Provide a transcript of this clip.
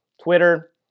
Twitter